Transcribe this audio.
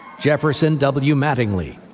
jefferson w. mattingly,